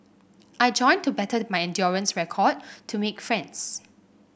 I joined to better my endurance record to make friends